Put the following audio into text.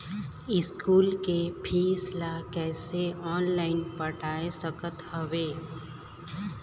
School के fees ला कैसे ऑनलाइन पटाए सकत हव?